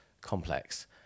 complex